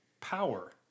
power